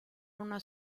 una